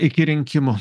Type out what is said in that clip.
iki rinkimų